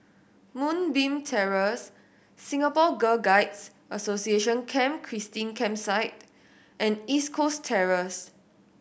Moonbeam Terrace Singapore Girl Guides Association Camp Christine Campsite and East Coast Terrace